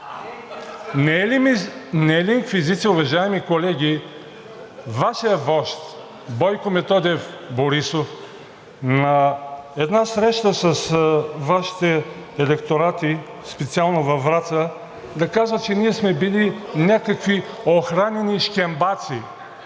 Не е ли инквизиция, уважаеми колеги, Вашият вожд – Бойко Методиев Борисов, на една среща с Вашите електорати, специално във Враца, да казва, че ние сме били някакви охранени шкембаци,